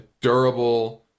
durable